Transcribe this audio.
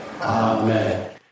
Amen